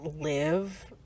live